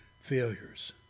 failures